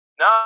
No